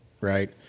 Right